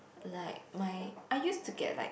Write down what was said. like my I used to get like